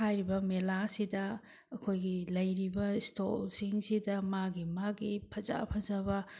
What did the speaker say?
ꯍꯥꯏꯔꯤꯕ ꯃꯦꯂꯥ ꯑꯁꯤꯗ ꯑꯩꯈꯣꯏꯒꯤ ꯂꯩꯔꯤꯕ ꯁꯏꯇꯣꯜꯁꯤꯡꯁꯤꯗ ꯃꯥꯒꯤ ꯃꯥꯒꯤ ꯐꯖ ꯐꯖꯕ